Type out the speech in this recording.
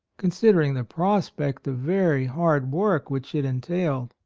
considering the prospect of very hard work which it entailed.